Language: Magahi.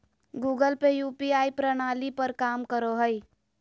गूगल पे यू.पी.आई प्रणाली पर काम करो हय